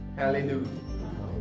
hallelujah